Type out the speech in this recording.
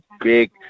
big